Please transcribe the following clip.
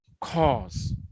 cause